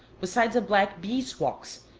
besides a black beeswax,